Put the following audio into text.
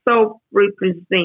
self-represent